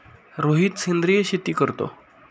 रोहित सेंद्रिय शेती करतो